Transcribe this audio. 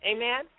Amen